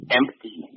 empty